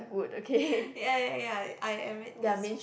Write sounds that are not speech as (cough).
(noise) ya ya ya I admit is